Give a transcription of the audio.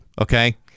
okay